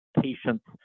patients